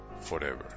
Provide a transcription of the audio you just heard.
forever